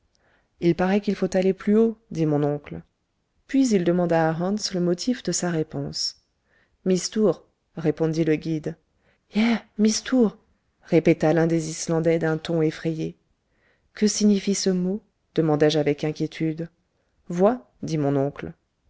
il parait qu'il faut aller plus haut dit mon oncle puis il demanda à hans le motif de sa réponse mistour répondit le guide ja mistour répéta l'un des islandais d'un ton effrayé que signifie ce mot demandai-je avec inquiétude vois dit mon oncle